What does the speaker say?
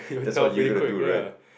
that's what you gonna do right